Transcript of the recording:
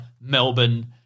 Melbourne